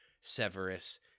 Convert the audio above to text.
Severus